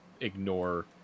ignore